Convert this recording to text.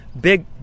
Big